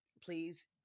Please